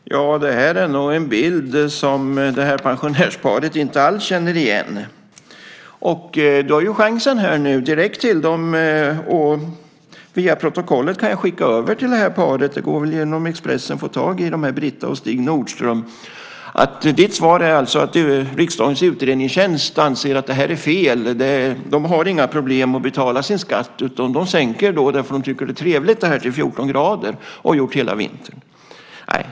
Fru talman! Det här är nog en bild som det här pensionärsparet inte alls känner igen. Per Erik Granström, du har ju chansen här nu att säga direkt till dem - jag kan skicka över protokollet till det här paret, för det går väl att få tag i Brita och Stig Nordström genom Expressen - att ditt svar alltså är att riksdagens utredningstjänst anser att det här är fel. De har inga problem med att betala sin skatt, utan de sänker värmen därför att de tycker att det är trevligt när det är 14 grader, och det har de gjort hela vintern.